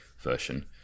version